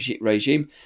regime